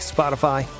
Spotify